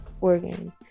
organ